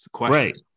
Right